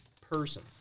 person